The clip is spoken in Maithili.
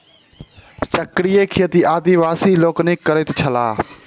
चक्रीय खेती आदिवासी लोकनि करैत छलाह